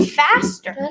faster